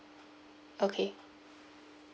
okay